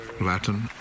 Latin